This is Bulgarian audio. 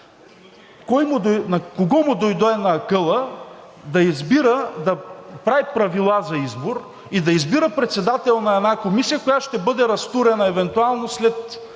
кого му дойде на акъла да прави правила за избор и да избира председател на една комисия, която ще бъде разтурена евентуално след